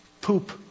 poop